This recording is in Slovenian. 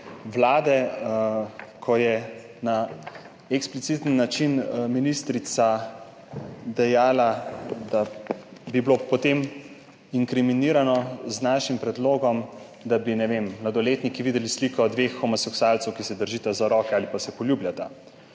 Vlade, ko je na ekspliciten način ministrica dejala, da bi bilo potem inkriminirano z našim predlogom, da bi, ne vem, mladoletniki videli sliko dveh homoseksualcev, ki se držita za roke ali pa se poljubljata.